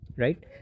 right